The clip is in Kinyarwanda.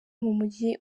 mumujyi